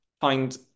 find